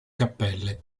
cappelle